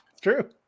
true